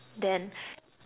then